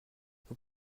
vous